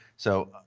so,